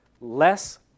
Less